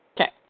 Okay